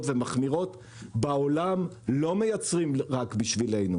ומחמירות - בעולם לא מייצרים רק בשבילנו.